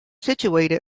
situated